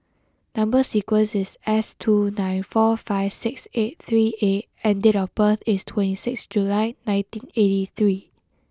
number sequence is S two nine four five six eight three A and date of birth is twenty six July nineteen eighty three